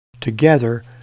Together